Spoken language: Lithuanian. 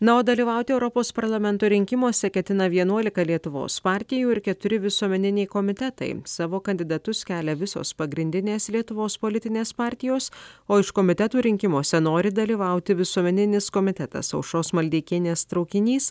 na o dalyvauti europos parlamento rinkimuose ketina vienuolika lietuvos partijų ir keturi visuomeniniai komitetai savo kandidatus kelia visos pagrindinės lietuvos politinės partijos o iš komitetų rinkimuose nori dalyvauti visuomeninis komitetas aušros maldeikienės traukinys